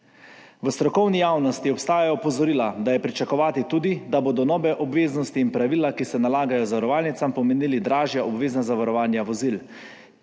V strokovni javnosti obstajajo opozorila, da je pričakovati tudi, da bodo nove obveznosti in pravila, ki se nalagajo zavarovalnicam, pomenili dražja obvezna zavarovanja vozil.